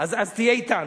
ותהיה אתנו.